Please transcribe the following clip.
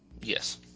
Yes